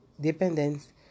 dependence